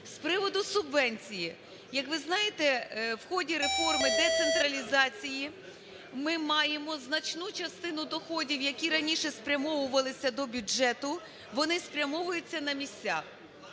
З приводу субвенції. Як ви знаєте, в ході реформи децентралізації ми маємо значну частину доходів, які раніше спрямовувалися до бюджету, вони спрямовуються на місця.